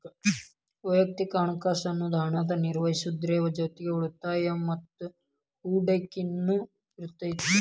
ವಯಕ್ತಿಕ ಹಣಕಾಸ್ ಅನ್ನುದು ಹಣನ ನಿರ್ವಹಿಸೋದ್ರ್ ಜೊತಿಗಿ ಉಳಿತಾಯ ಮತ್ತ ಹೂಡಕಿನು ಇರತೈತಿ